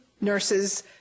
nurses